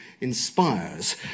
inspires